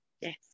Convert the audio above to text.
yes